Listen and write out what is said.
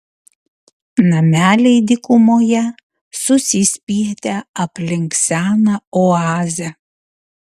nameliai dykumoje susispietę aplink seną oazę